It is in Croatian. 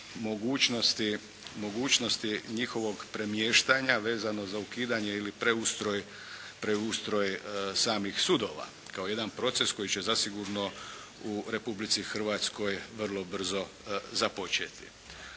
mogućnosti njihovog premještanja vezano za ukidanje ili preustroj samih sudova kao jedan proces koji će zasigurno u Republici Hrvatskoj vrlo brzo započeti.